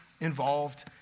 involved